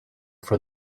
for